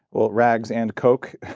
well, rags and coke